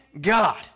God